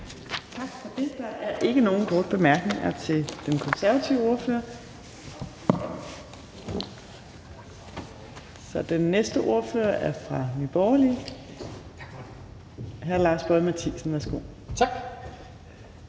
det. Der er ikke nogen korte bemærkninger til den konservative ordfører. Den næste ordfører er fra Nye Borgerlige, og det er hr. Lars Boje Mathiesen. Værsgo. Kl.